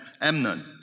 Amnon